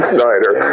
Snyder